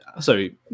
Sorry